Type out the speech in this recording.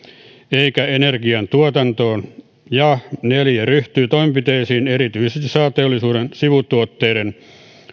eikä energian tuotantoon neljäs ryhtyy toimenpiteisiin erityisesti sahateollisuuden sivutuotteiden